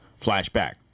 flashback